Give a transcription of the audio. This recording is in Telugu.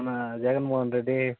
మన జగన్ మోహన్ రెడ్డి